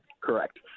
Correct